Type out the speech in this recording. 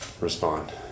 respond